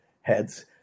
heads